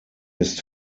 ist